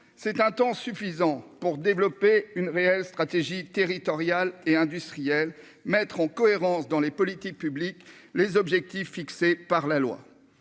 c'est un temps suffisant pour développer une réelle stratégie territoriale et industriel mettre en cohérence dans les politiques publiques, les objectifs fixés par la loi,